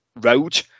road